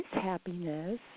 happiness